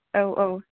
औ औ